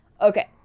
Okay